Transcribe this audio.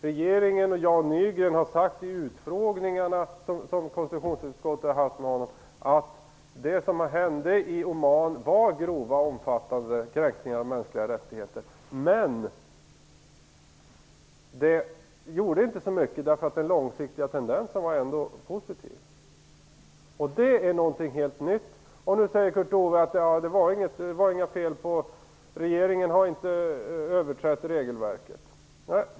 Regeringen och Jan Nygren har vid konstitutionsutskottets utfrågningar sagt att det som hände i Oman var grova och omfattande kränkningar av mänskliga rättigheter men att det inte gjorde så mycket, därför att den långsiktiga tendensen ändå var positiv. Detta är någonting helt nytt. Nu säger Kurt Ove Johansson att regeringen inte har överträtt regelverken.